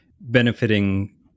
benefiting